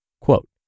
Quote